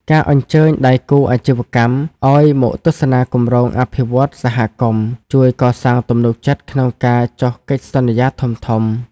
ការអញ្ជើញដៃគូអាជីវកម្មឱ្យមកទស្សនាគម្រោងអភិវឌ្ឍន៍សហគមន៍ ជួយកសាងទំនុកចិត្តក្នុងការចុះកិច្ចសន្យាធំៗ។